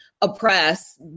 oppress